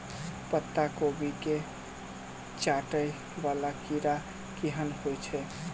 पत्ता कोबी केँ चाटय वला कीड़ा केहन होइ छै?